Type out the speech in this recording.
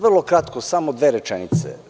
Vrlo kratko, samo dve rečenice.